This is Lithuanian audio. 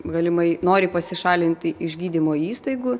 galimai nori pasišalinti iš gydymo įstaigų